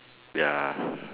ya